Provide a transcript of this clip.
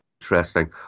interesting